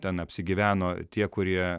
ten apsigyveno tie kurie